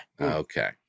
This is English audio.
Okay